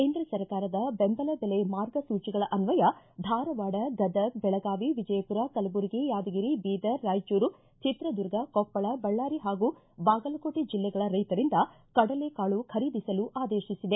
ಕೇಂದ್ರ ಸರ್ಕಾರದ ಬೆಂಬಲ ಬೆಲೆ ಮಾರ್ಗಸೂಚಿಗಳ ಅನ್ನಯ ಧಾರವಾಡ ಗದಗ್ ಬೆಳಗಾವಿ ವಿಜಯಪುರ ಕಲಬುರಗಿ ಯಾದಗಿರಿ ಬೀದರ್ ರಾಯಚೂರು ಚಿತ್ರದುರ್ಗ ಕೊಪ್ಪಳ ಬಳ್ದಾರಿ ಹಾಗೂ ಬಾಗಲಕೋಟೆ ಜಿಲ್ಲೆಗಳ ರೈತರಿಂದ ಕಡಲೆ ಕಾಳು ಖರೀದಿಸಲು ಆದೇಶಿಸಿದೆ